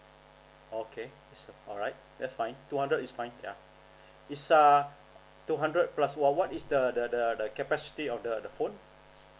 okay so alright that's fine two hundred is fine yeah it's uh two hundred plus what what is the the the the capacity of the the phone